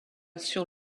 sur